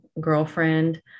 girlfriend